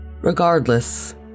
Regardless